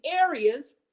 areas